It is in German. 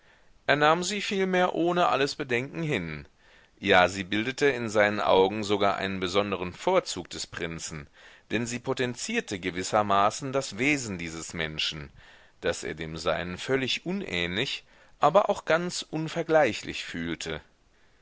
er nahm sie vielmehr ohne alles bedenken hin ja sie bildete in seinen augen sogar einen besonderen vorzug des prinzen denn sie potenzierte gewissermaßen das wesen dieses menschen das er dem seinen völlig unähnlich aber auch ganz unvergleichlich fühlte